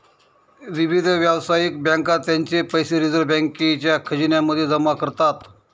विविध व्यावसायिक बँका त्यांचे पैसे रिझर्व बँकेच्या खजिन्या मध्ये जमा करतात